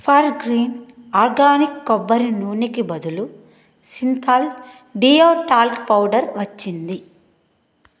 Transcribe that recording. for green organic కొబ్బరి నూనెకి బదులు సింతాల్ డియో టాల్క్ పౌడర్ వచ్చింది